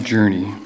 Journey